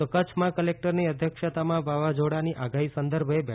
તો કચ્છમાં કલેકટરની અધ્યક્ષતામાં વાવાઝોડાની આગાહી સંદર્ભે બેઠક યોજાઈ